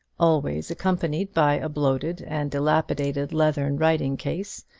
always accompanied by a bloated and dilapidated leathern writing-case,